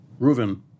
Reuven